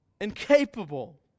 incapable